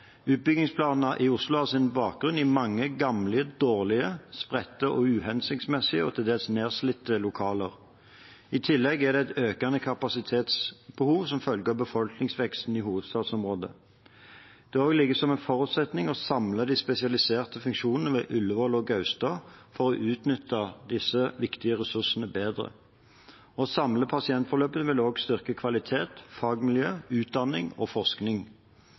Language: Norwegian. Utbyggingsplanene i Oslo har sin bakgrunn i mange gamle, dårlige, spredte, uhensiktsmessige og til dels nedslitte lokaler. I tillegg er det et økende kapasitetsbehov som følge av befolkningsveksten i hovedstadsområdet. Det har også ligget som en forutsetning å samle de spesialiserte funksjonene ved Ullevål og Gaustad for å utnytte disse viktige ressursene bedre. Å samle pasientforløp vil også styrke kvalitet, fagmiljø, utdanning og forskning.